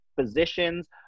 physicians